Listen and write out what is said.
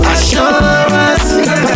Assurance